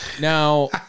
Now